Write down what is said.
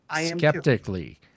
skeptically